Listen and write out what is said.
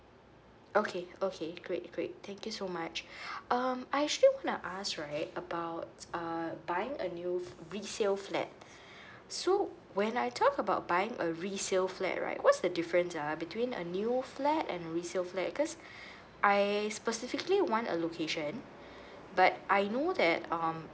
okay okay great great thank you so much um I actually wanna ask right about uh buying a new resale flat so when I talk about buying a resale flat right what's the difference ah between a new flat and resale flat cause I specifically want a location but I know that um